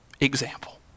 example